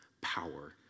power